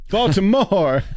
Baltimore